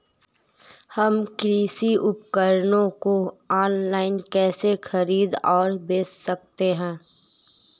हम कृषि उपकरणों को ऑनलाइन कैसे खरीद और बेच सकते हैं?